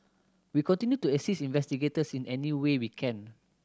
we continue to assist investigators in any way we can